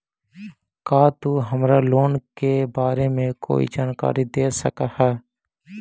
का तु हमरा लोन के बारे में कोई जानकारी दे सकऽ हऽ?